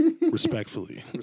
Respectfully